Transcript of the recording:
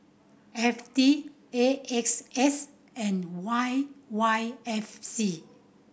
F T A X S and Y Y F C